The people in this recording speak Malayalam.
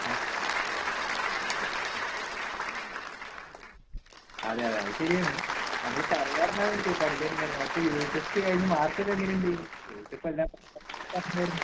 ആ അതേ അതേ അതേ അത് ശരിയാണ് നമ്മൾ പറയാറുണ്ട് അവൻ്റെ അടുത്ത് പഠിക്കാൻ കാര്യങ്ങളൊക്കെ ഇപ്പോൾ ഈ യൂണിറ്റ് ടെസ്റ്റ് കഴിഞ്ഞിട്ട് മാർക്ക് ഒക്കെ എങ്ങനെ ഉണ്ട് ചോദിച്ചപ്പോൾ എല്ലാം